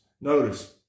Notice